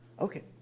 Okay